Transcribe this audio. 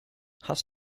hast